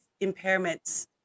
impairments